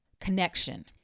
connection